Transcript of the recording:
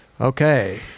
okay